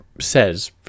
says